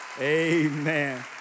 Amen